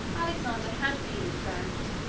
alexander had been, in fact,